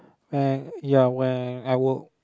and ya when I work